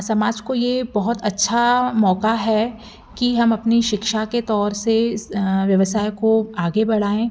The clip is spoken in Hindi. समाज को ये बहुत अच्छा मौक़ा है कि हम अपनी शिक्षा के तौर से इस व्यवसाय को आगे बढ़ाऍं